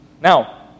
Now